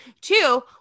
Two